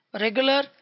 regular